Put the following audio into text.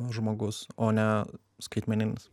žmogus o ne skaitmeninis